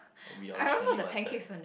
we originally wanted